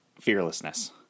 fearlessness